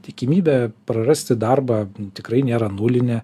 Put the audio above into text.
tikimybė prarasti darbą tikrai nėra nulinė